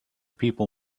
people